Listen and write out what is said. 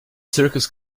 circus